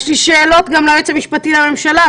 יש לי שאלות גם ליועץ המשפטי לממשלה,